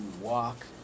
walk